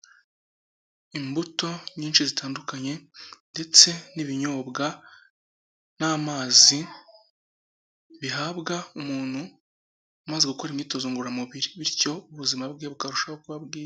Imbuto nyinshi zitandukanye, ndetse n'ibinyobwa n'amazi bihabwa umuntu umaze gukora imyitozo ngororamubiri bityo ubuzima bwe bukarushaho kuba bwiza.